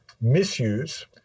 misuse